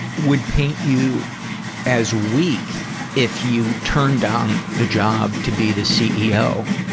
would paint you as weak if you turn down the job to be the ceo